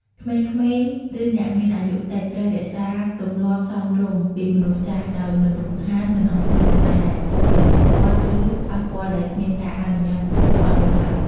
ក្មេងៗ ឬ អ្នកមានអាយុតិច ត្រូវរក្សាទម្លាតសមរម្យពីមនុស្សចាស់ ដោយមិនរំខាន មិនអង្គុយកន្លែងដែលខ្ពស់ជាងពួកគាត់ ឬ ប៉ះពាល់ដោយគ្មានការអនុញ្ញាតិពីពួកគាត់នោះឡើយ។